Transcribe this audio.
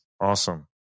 Awesome